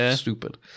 stupid